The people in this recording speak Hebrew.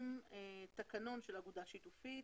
רישום תיקון תקנון של אגודה שיתופית.